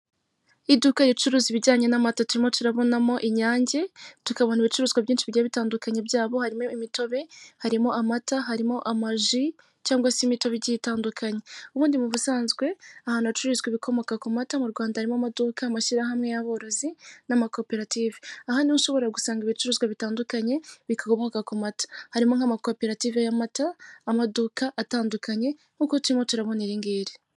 Iduka ricuruza ibijyanye n'amata turimo turabonamo inyange ,tukabona ibicuruzwa byinshi bigiye bitandukanye harimo imitobe, amata, cyangwa imitobe igiye itandukanye. Ubundi mubusanzwe ahantu hacuruzwa ibikomoka kumata harimo amaduka ,amashyirahamwe yaborozi nama koperative. Aha niho ushobora gusanga ibicuruzwa bitandukanye bikomoka ku mata harimo nkama koperative ,amaduka atandukanye nkuko turimo turabona iringiri.